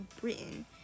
Britain